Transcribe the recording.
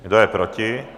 Kdo je proti?